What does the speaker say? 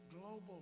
global